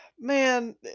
Man